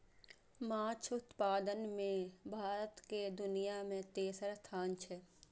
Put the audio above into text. माछ उत्पादन मे भारत के दुनिया मे तेसर स्थान छै